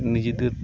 নিজেদের